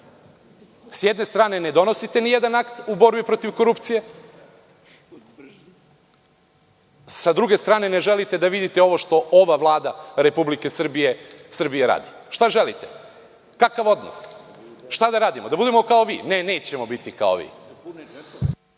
S jedne strane, ne donosite ni jedan akt u borbi protiv korupcije, sa druge strane ne želite da vidite ovo što ova Vlada Republike Srbije radi. Šta želite? Kakav odnos? Šta da radimo? Da budemo kao vi? Ne, nećemo biti kao vi.